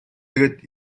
тэгээд